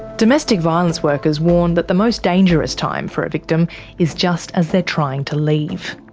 domestic violence workers warn that the most dangerous time for a victim is just as they're trying to leave.